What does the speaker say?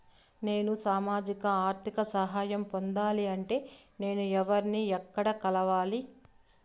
నేను సామాజిక ఆర్థిక సహాయం పొందాలి అంటే నేను ఎవర్ని ఎక్కడ కలవాలి?